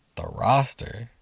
the roster?